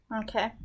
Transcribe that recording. Okay